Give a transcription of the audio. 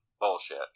bullshit